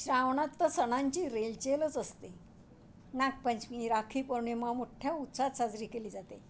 श्रावणात तर सणांची रेलचेलच असते नागपंचमी राखी पौर्णिमा मोठ्या उत्साहात साजरी केली जाते